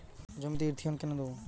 জমিতে ইরথিয়ন কেন দেবো?